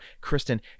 Kristen